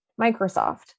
Microsoft